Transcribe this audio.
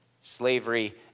Slavery